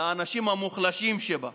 לאנשים המוחלשים שבה.